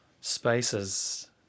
spaces